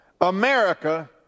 America